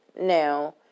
Now